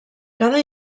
cada